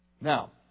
Now